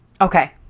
Okay